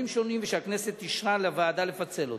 שונים והכנסת אישרה לוועדה לפצל אותה.